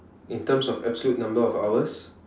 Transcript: in terms of absolute number of hours